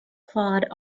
claude